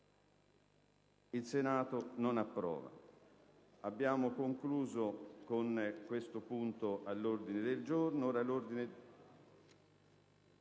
**Il Senato non approva.**